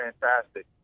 fantastic